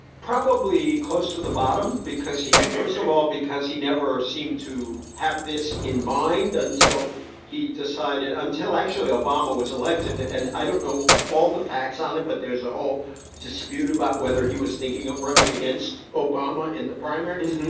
probably close to the bottom, because he first of all, because he never seemed to have this in mind until he decided until actually obama was elected. and i don't know all the facts on it, but there's a whole dispute about whether he was thinking of running against obama in the primaries.